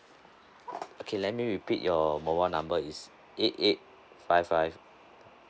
okay let me repeat your mobile number is eight eight five five